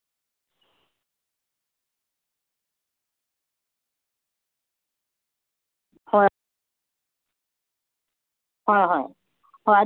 ꯒꯥꯔꯤꯁꯤꯗꯤ ꯑꯗꯨꯝ ꯏꯃꯥꯟꯅꯕ ꯑꯇꯩꯒꯤ ꯁꯃꯤꯔꯒꯤ ꯐꯣꯔ ꯍ꯭ꯋꯤꯂꯔ ꯂꯩꯕꯗꯨ ꯄꯨꯍꯜꯂꯛꯑꯒ ꯂꯣꯏꯔꯦꯗ ꯑꯗꯨꯝ ꯈꯥꯏꯖꯤꯟꯅꯔꯒ ꯊꯥꯎ ꯂꯥꯡ ꯀꯩ ꯃꯌꯥꯝ ꯄꯨꯟꯅ ꯑꯗꯨꯝ ꯍꯥꯟꯃꯤꯟꯅꯔ ꯂꯣꯏꯔꯦ ꯑꯗꯨꯃꯥꯏꯅ ꯇꯧꯔꯒ